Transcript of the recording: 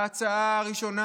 בהצעה הראשונה